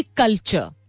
culture